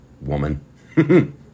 woman